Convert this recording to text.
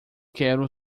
quero